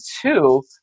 two